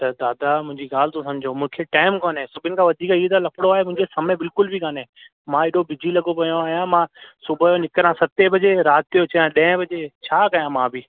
त दादा मुंहिंजी ॻाल्हि थो समुझो मूंखे टाइम कोने सभिनी खां वधीक ई त लफड़ो आहे मुंहिंजो समय बिल्कुलु बि काने मां हेॾो बिजी लॻो पियो आहियां मां सुबुह जो निकिरा सते बजे राति जो अचा ॾहें बजे छा कया मां बि